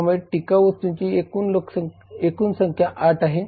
त्यामुळे टिकाऊ वस्तूंची एकूण संख्या 8 आहे